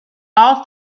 all